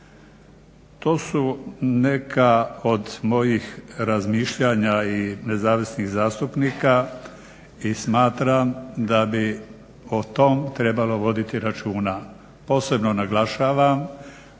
To su neka od mojih razmišljanja i nezavisnih zastupnika i smatram da bi o tom trebalo voditi računa. Posebno naglašavam